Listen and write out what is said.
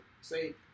say